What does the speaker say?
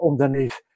underneath